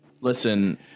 Listen